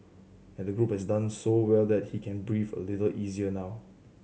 and the group has done so well that he can breathe a little easier now